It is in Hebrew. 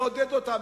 לעודד אותן.